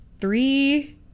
three